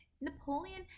Napoleon